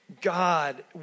God